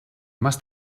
más